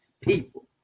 people